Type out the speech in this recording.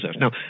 Now